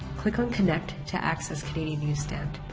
click on connect to access canadian newsstand.